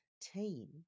team